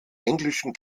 englischen